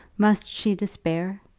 must she despair?